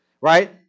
Right